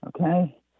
Okay